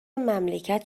مملکت